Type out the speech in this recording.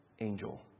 angel